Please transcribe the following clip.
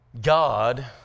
God